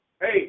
Hey